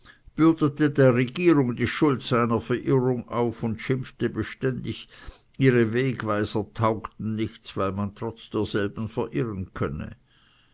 bürdete der regierung die schuld seiner verirrung auf und schimpfte beständig ihre wegweiser taugten nichts weil man trotz derselben verirren könne